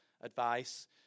advice